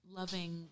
loving